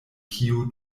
kiu